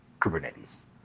Kubernetes